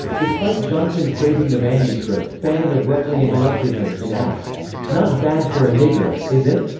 despite jeanson praising the manuscript, fanon abruptly interrupted him, and asked not bad for a nigger, is it?